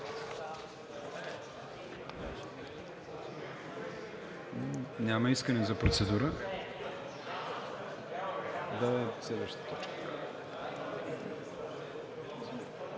Няма искане за процедура.